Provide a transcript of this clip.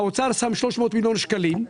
האוצר שם 300 מיליון שקלים,